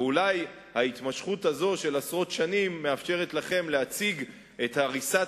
ואולי ההתמשכות הזו של עשרות שנים מאפשרת לכם להציג את הריסת